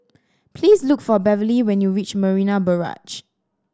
please look for Beverley when you reach Marina Barrage